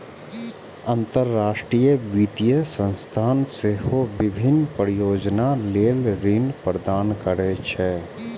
अंतरराष्ट्रीय वित्तीय संस्थान सेहो विभिन्न परियोजना लेल ऋण प्रदान करै छै